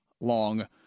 long